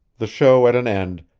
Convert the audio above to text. the show at an end,